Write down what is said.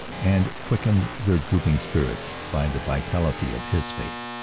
and quickened their drooping spirits by the vitality of his faith.